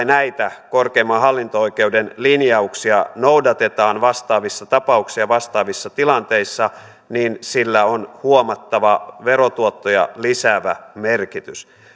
näitä korkeimman hallinto oikeuden linjauksia noudatetaan vastaavissa tapauksissa ja vastaavissa tilanteissa niin sillä on huomattava verotuottoja lisäävä merkitys